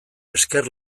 esker